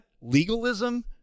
legalism